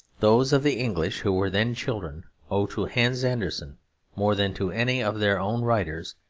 those of the english who were then children owe to hans andersen more than to any of their own writers,